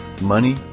Money